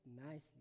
nicely